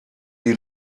die